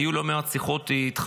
היו לי לא מעט שיחות איתך,